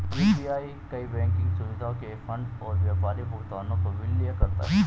UPI कई banking सुविधाओं के फंड और व्यापारी भुगतानों को विलय करता है